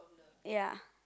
ya